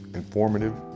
informative